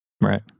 Right